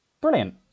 Brilliant